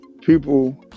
people